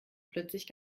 plötzlich